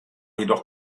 jedoch